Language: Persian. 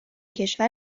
کشور